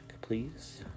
please